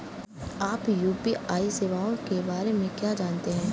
आप यू.पी.आई सेवाओं के बारे में क्या जानते हैं?